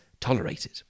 tolerated